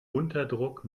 unterdruck